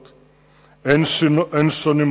דישון.